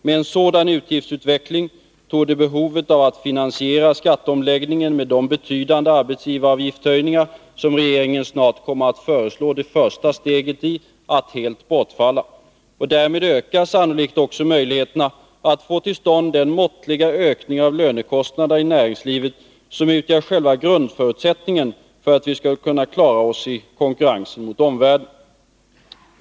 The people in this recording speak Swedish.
Med en sådan utgiftsutveckling torde behovet av att finansiera skatteomläggningen med de betydande arbetsgivaravgiftshöjningar som regeringen snart kommer att föreslå det första steget i att helt bortfalla. Därmed ökar sannolikt också möjligheterna att få till stånd den måttliga ökning av lönekostnaderna i näringslivet som utgör själva grundförutsättningen för att vi skall kunna klara oss i konkurrensen mot omvärlden.